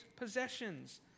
possessions